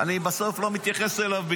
אני בסוף לא מתייחס אליו,